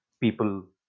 people